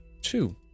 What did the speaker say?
Two